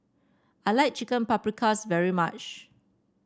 I like Chicken Paprikas very much